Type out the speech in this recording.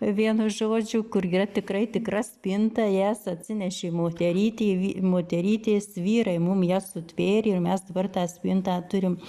vienu žodžiu kur yra tikrai tikra spinta jas atsinešė moterytė vi moterytės vyrai mum ją sutvėrė ir mes dabar tą spintą turim